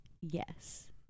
Yes